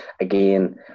again